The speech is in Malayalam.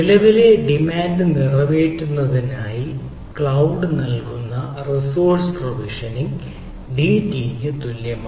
നിലവിലെ ഡിമാൻഡ് നിറവേറ്റുന്നതിനായി ക്ലൌഡ് നൽകുന്ന റിസോഴ്സ് പ്രൊവിഷനിംഗ് ഡി ടിക്ക് തുല്യമാണ്